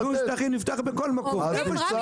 תביאו שטחים, נפתח בכל מקום, איפה שצריך.